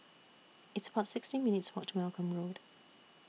It's about sixty minutes' Walk to Malcolm Road